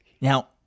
Now